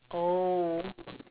oh